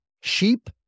sheep